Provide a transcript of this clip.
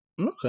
okay